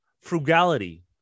frugality